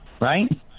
right